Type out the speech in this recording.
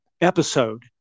episode